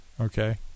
Okay